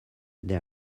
they